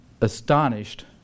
astonished